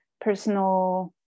personal